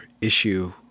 issue